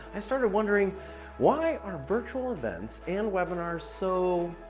i started wondering why are virtual events and webinars so.